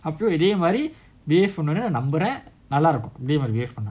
upgrading marie bayfront நம்புறேன்நல்லஇருக்கும்இதேமாதிரி:napuren nalla irukkum ithe mathiri bayfront